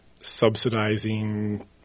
subsidizing